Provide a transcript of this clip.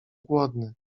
głodny